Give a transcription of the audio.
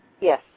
Yes